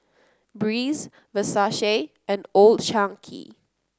Breeze Versace and Old Chang Kee